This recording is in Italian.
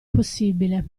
possibile